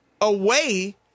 away